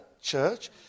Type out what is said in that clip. church